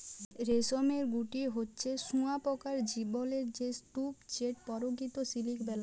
রেশমের গুটি হছে শুঁয়াপকার জীবলের সে স্তুপ যেট পরকিত সিলিক বেলায়